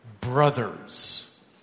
brothers